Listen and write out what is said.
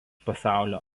pasaulio